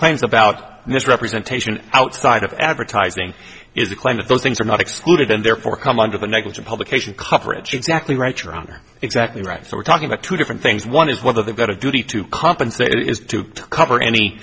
claims about misrepresentation outside of advertising is a claim that those things are not excluded and therefore come under the negative publication coverage exactly right your honor exactly right so we're talking about two different things one is whether they've got a duty to compensate is to cover any